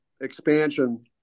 expansion